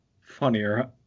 funnier